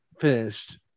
finished